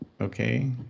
okay